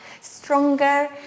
stronger